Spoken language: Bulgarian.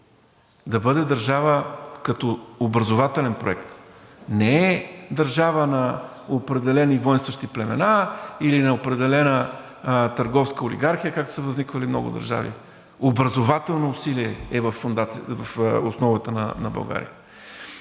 да бъде държава като образователен проект, а не държава на определени войнстващи племена или на определена търговска олигархия, както са възниквали много държави, образователното усилие е в основата на България.